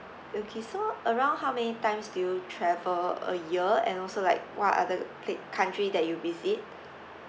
okay so around how many times do you travel a year and also like what are the plat~ country that you visit